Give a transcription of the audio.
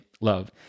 love